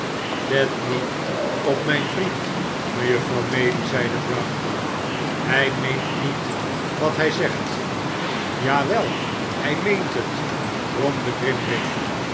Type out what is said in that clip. let niet op mijn vriend mejuffrouw maylie zeide brownlow hij meent niet wat hij zegt ja wel meent hij het bromde grimwig